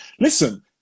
listen